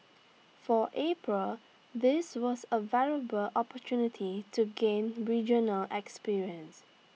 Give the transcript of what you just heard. for April this was A valuable opportunity to gain regional experience